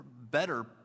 better